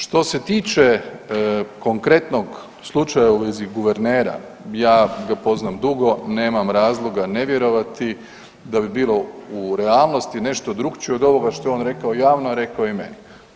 Što se tiče konkretnog slučaja u vezi guvernera, ja ga poznam dugo nemam razloga ne vjerovati da bi bilo u realnosti nešto drukčijoj od ovoga što je on rekao javno, a rekao je i meni.